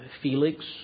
Felix